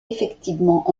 effectivement